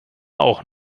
auch